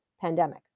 pandemic